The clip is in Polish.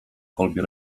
kolbie